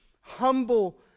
humble